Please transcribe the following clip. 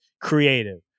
creative